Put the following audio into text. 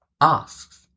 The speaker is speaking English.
Asks